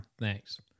Thanks